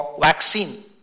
vaccine